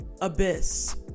abyss